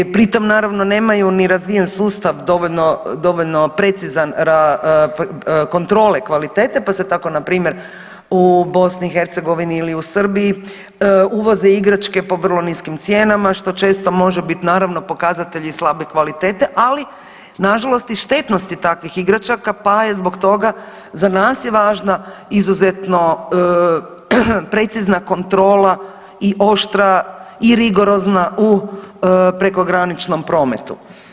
Pritom naravno nemaju ni razvijen sustav dovoljno precizan kontrole kvalitete, pa se tako na primjer u BiH ili u Srbiji uvoze igračke po vrlo niskim cijenama što često može biti naravno pokazatelj i slabe kvalitete, ali na žalost i štetnosti takvih igračaka, pa je zbog toga za nas je važna izuzetno precizna kontrola i oštra i rigorozna u prekograničnom prometu.